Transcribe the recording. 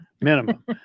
Minimum